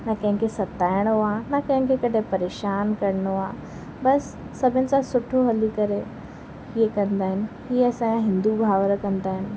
न कंहिंखें सताइणो आहे न कंहिंखें कॾहिं परेशान करिणो आहे बसि सभिनि सां सुठो हली करे हीअं कंदा आहिनि की असांजा हिंदू भाउर कंदा आहिनि